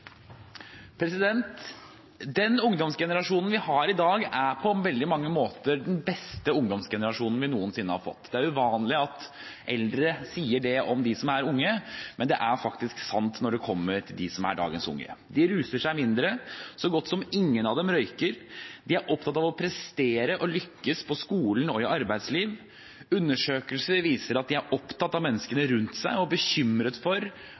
på veldig mange måter den beste ungdomsgenerasjonen vi noensinne har hatt. Det er uvanlig at eldre sier det om de som er unge, men det er faktisk sant når det kommer til dagens unge. De ruser seg mindre, så godt som ingen av dem røyker, og de er opptatt av å prestere og lykkes på skolen og i arbeidslivet. Undersøkelser viser at de er opptatt av menneskene rundt seg og bekymret for